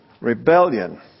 rebellion